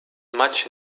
much